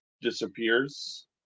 disappears